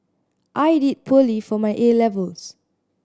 I did poorly for my A levels